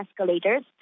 escalators